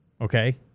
Okay